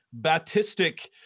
Baptistic